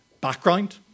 background